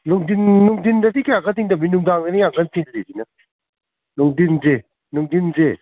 ꯅꯨꯡꯊꯤꯟꯗꯒꯤ ꯀꯌꯥ ꯀꯟꯅ ꯆꯤꯟꯗꯕꯅꯤ ꯅꯨꯡꯗꯥꯡꯗꯅꯤ ꯌꯥꯝ ꯀꯟꯅ ꯆꯤꯜꯂꯤꯁꯤꯅ ꯅꯨꯡꯊꯤꯟꯁꯦ ꯅꯨꯡꯊꯤꯟꯁꯦ